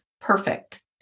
perfect